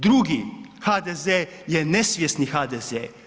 Drugi HDZ je nesvjesni HDZ.